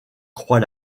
croix